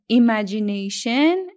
imagination